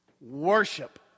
worship